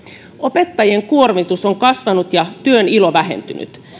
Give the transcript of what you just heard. opettajien kuormitus on kasvanut ja työn ilo vähentynyt